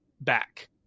back